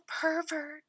pervert